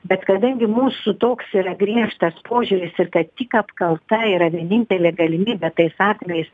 bet kadangi mūsų toks yra griežtas požiūris ir kad tik apkalta yra vienintelė galimybė tais atvejais